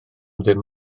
ddim